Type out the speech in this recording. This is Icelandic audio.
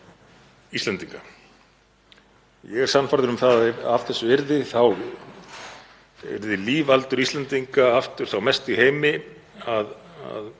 Íslendinga. Ég er sannfærður um að ef af þessu yrði yrði lífaldur Íslendinga aftur sá mesti í heimi að